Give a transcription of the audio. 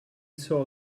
saw